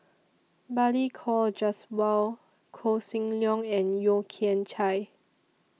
Balli Kaur Jaswal Koh Seng Leong and Yeo Kian Chye